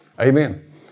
Amen